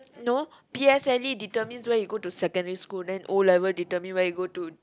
no P_S_L_E determines where you go to secondary school then O-level determine where you go to